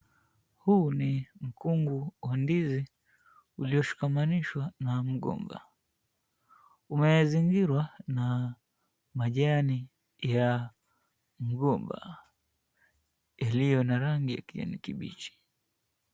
Huu ni mkungu wa ndizi ulioshikamanishwa na mgomba. Umezingirwa na majani ya mgomba iliyo na rangi ya kijani kibichi.